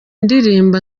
indirimbo